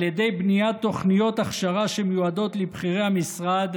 ידי בניית תוכניות הכשרה שמיועדות לבכירי המשרד,